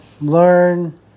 learn